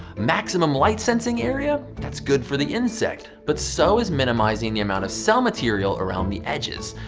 maximum light-sensing area? that's good for the insect, but so is minimizing the amount of cell material around the edges.